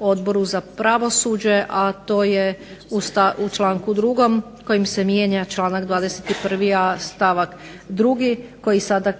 na Odboru za pravosuđe, a to je u članku drugom kojim se mijenja članak 21a. stavak drugi koji sada